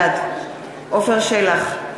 בעד עפר שלח,